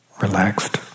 relaxed